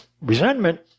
Resentment